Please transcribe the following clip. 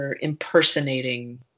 impersonating